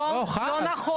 לא נכון.